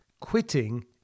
Quitting